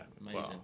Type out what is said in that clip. amazing